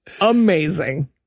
amazing